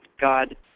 God